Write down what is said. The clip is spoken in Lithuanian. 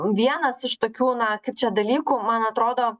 vienas iš tokių na kaip čia dalykų man atrodo